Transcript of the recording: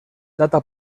data